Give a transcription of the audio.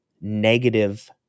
negative